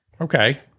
Okay